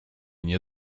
nie